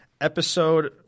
Episode –